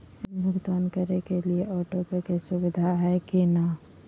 ऋण भुगतान करे के लिए ऑटोपे के सुविधा है की न?